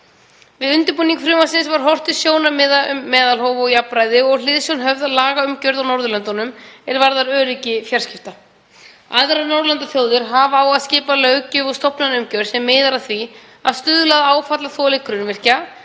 Við undirbúning frumvarpsins var horft til sjónarmiða um meðalhóf og jafnræði og hliðsjón höfð af lagaumgjörð á Norðurlöndunum er varðar öryggi fjarskipta. Aðrar Norðurlandaþjóðir hafa á að skipa löggjöf og stofnanaumgjörð sem miðar að því að stuðla að áfallaþoli grunnvirkja,